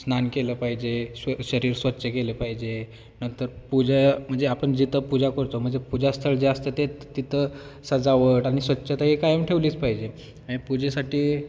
स्नान केलं पाहिजे स् शरीर स्वच्छ केलं पाहिजे नंतर पूजा म्हणजे आपण जिथं पूजा करतो म्हणजे पूजा स्थळ जे असतं ते तिथं सजावट आणि स्वच्छता एक कायम ठेवलीच पाहिजे आणि पूजेसाठी